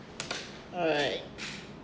all right